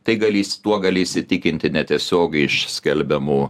tai gali tuo gali įsitikinti netiesiogiai iš skelbiamų